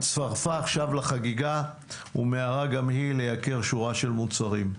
הצטרפה עכשיו לחגיגה ומיהרה גם היא לייקר שורה של מוצרים.